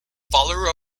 follower